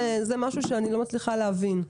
זה משהו אני לא מצליחה להבין.